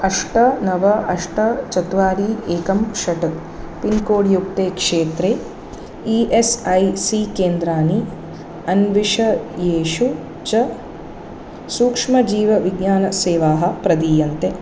अष्ट नव अष्ट चत्वारि एकं षड् पिन्कोड्युक्ते क्षेत्रे ई एस् ऐ सी केन्द्राणि अन्विष येषु च सूक्ष्मजीवविज्ञानसेवाः प्रदीयन्ते